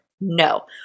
no